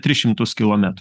tris šimtus kilometrų